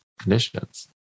conditions